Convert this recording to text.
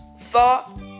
Thought